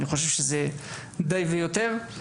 אני חושב שזה די והותר.